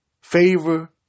Favor